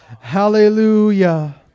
Hallelujah